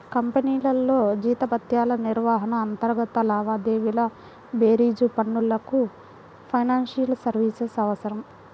కంపెనీల్లో జీతభత్యాల నిర్వహణ, అంతర్గత లావాదేవీల బేరీజు పనులకు ఫైనాన్షియల్ సర్వీసెస్ అవసరం